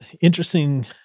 interesting